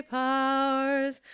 powers